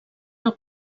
del